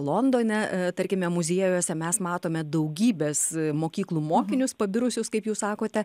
londone tarkime muziejuose mes matome daugybės mokyklų mokinius pabirusius kaip jūs sakote